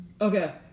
Okay